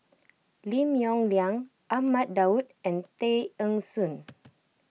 Lim Yong Liang Ahmad Daud and Tay Eng Soon